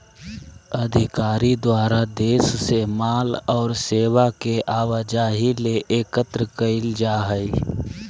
अधिकारी द्वारा देश से माल और सेवा के आवाजाही ले एकत्र कइल जा हइ